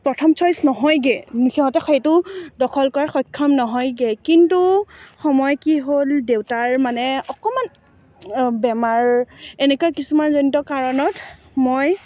প্ৰথম চইচ নহয়গৈ সিহঁতে সেইটো দখল কৰা সক্ষম নহয়গৈ কিন্তু সময় কি হ'ল দেউতাৰ মানে অকণমান বেমাৰ এনেকুৱা কিছুমানজনিত কাৰণত মই